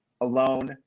alone